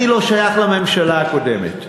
אני לא שייך לממשלה הקודמת.